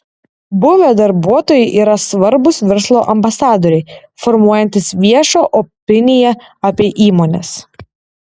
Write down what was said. buvę darbuotojai yra svarbūs verslo ambasadoriai formuojantys viešą opiniją apie įmones